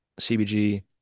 cbg